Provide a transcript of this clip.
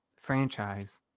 franchise